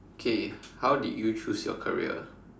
K how did you choose your career